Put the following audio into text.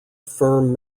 firm